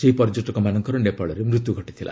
ସେହି ପର୍ଯ୍ୟଟକମାନଙ୍କର ନେପାଳରେ ମୃତ୍ୟୁ ଘଟିଥିଲା